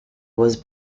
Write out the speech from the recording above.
was